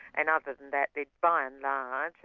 and other than that, there's by and large,